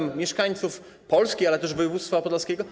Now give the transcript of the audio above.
No i co? ...mieszkańców Polski, ale też województwa podlaskiego?